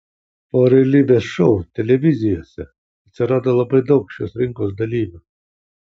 po realybės šou televizijose atsirado labai daug šios rinkos dalyvių